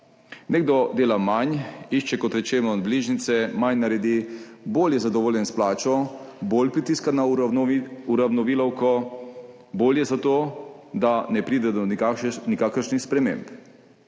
Nekdo dela manj, išče, kot rečeno, bližnjice, manj naredi, bolj je zadovoljen s plačo, bolj pritiska na uravnilovko, bol je za to, da ne pride do nikakršnih sprememb.